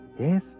Yes